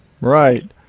Right